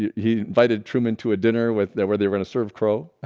yeah he invited truman to a dinner with where where they were gonna serve crow